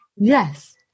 Yes